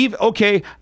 Okay